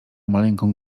maleńką